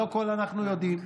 לא הכול אנחנו יודעים,